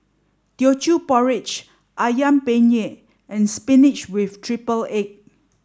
Teochew Porridge Ayam Penyet and Spinach with Triple Egg